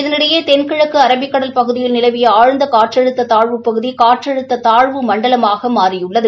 இதனிடையே தெனகிழக்கு அரபிக்கடல் பகுதியில் நிலவிய ஆழ்ந்த னாற்றழுத்த தாழ்வுப்பகுதி காற்றழுத்த தாழ்வு மண்டலமாக மாறியுள்ளது